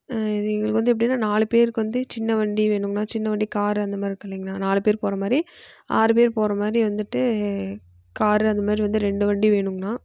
இது எங்களுக்கு வந்து எப்படினா நாலு பேருக்கு வந்து சின்ன வண்டி வேணுங்கண்ணா சின்ன வண்டி கார் அந்த மாதிரி இருக்குது இல்லைங்கண்ணா நாலு பேர் போகிற மாதிரி ஆறு பேர் போகிற மாதிரி வந்துட்டு கார் அது மாதிரி வந்து ரெண்டு வண்டி வேணுங்கண்ணா